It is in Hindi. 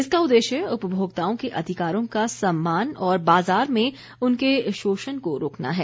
इसका उद्देश्य उपभोक्ताओं के अधिकारों का सम्मान और बाजार में उनके शोषण को रोकना है